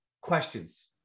questions